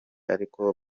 ariko